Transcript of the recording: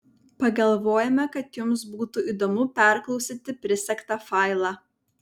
pagalvojome kad jums būtų įdomu perklausyti prisegtą failą